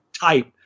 type